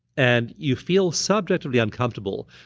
and you feel subjectively uncomfortable.